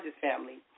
family